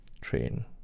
train